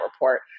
report